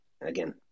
Again